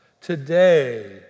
today